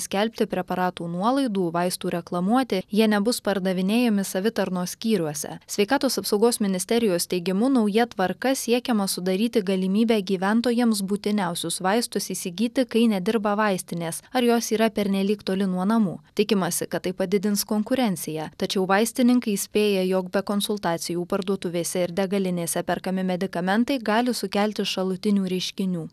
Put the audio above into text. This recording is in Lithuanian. skelbti preparatų nuolaidų vaistų reklamuoti jie nebus pardavinėjami savitarnos skyriuose sveikatos apsaugos ministerijos teigimu nauja tvarka siekiama sudaryti galimybę gyventojams būtiniausius vaistus įsigyti kai nedirba vaistinės ar jos yra pernelyg toli nuo namų tikimasi kad tai padidins konkurenciją tačiau vaistininkai įspėja jog be konsultacijų parduotuvėse ir degalinėse perkami medikamentai gali sukelti šalutinių reiškinių